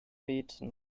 beten